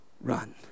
run